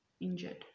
injured